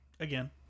Again